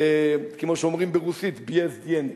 כמו שאומרים ברוסית (אומר דברים בשפה הרוסית),